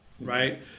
right